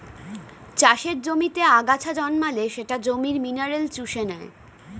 চাষের জমিতে আগাছা জন্মালে সেটা জমির মিনারেল চুষে নেয়